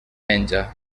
menja